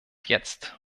jetzt